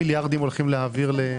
הישיבה ננעלה בשעה